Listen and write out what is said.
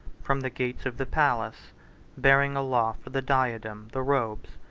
from the gates of the palace bearing aloft the diadem, the robes,